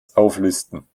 auflisten